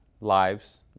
lives